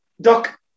Doc